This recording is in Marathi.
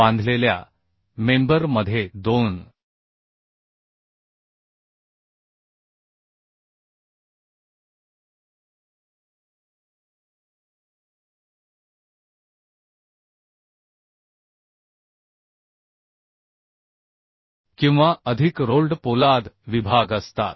बांधलेल्या मेंबर मध्ये दोन किंवा अधिक रोल्ड पोलाद विभाग असतात